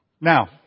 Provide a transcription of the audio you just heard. Now